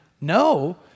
no